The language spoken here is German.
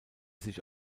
sich